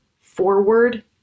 Forward